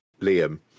Liam